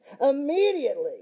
Immediately